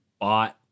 bought